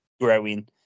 growing